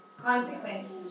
consequence